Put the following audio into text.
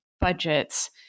budgets